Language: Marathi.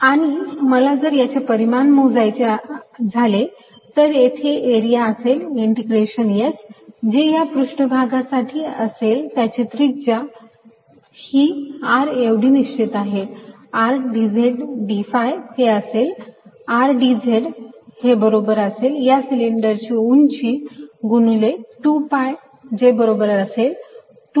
आणि मला जर याचे परिमाण मोजायचे झाले तर येथे एरिया असेल इंटिग्रेशन S जे या पृष्ठ भागासाठी असेल ज्याची त्रिज्या ही R एवढी निश्चित आहे R dz dphi हे असेल R dz हे बरोबर असेल या सिलेंडरची उंची गुणिले 2 pi जे बरोबर असेल 2piRh